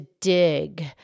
dig